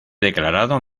declarado